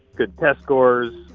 good test scores,